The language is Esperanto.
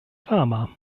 fama